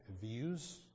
views